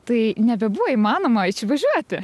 tai nebebuvo įmanoma išvažiuoti